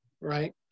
right